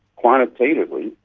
quantitatively,